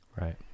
right